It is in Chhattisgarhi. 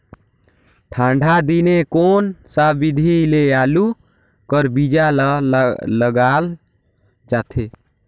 ठंडा दिने कोन सा विधि ले आलू कर बीजा ल लगाल जाथे?